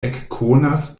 ekkonas